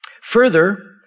Further